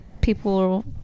people